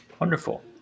Wonderful